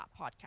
podcast